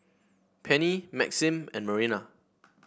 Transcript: Penni Maxim and Marina